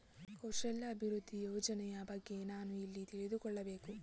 ಕೌಶಲ್ಯ ಅಭಿವೃದ್ಧಿ ಯೋಜನೆಯ ಬಗ್ಗೆ ನಾನು ಎಲ್ಲಿ ತಿಳಿದುಕೊಳ್ಳಬೇಕು?